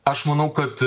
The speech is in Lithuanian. aš manau kad